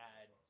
add